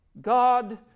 God